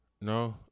no